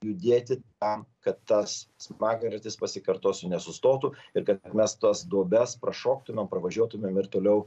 judėti tam kad tas smagratis pasikartosiu nesustotų ir kad mes tas duobes prašoktumėm parvažiuotumėm ir toliau